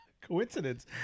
coincidence